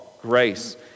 grace